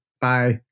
bye